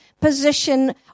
position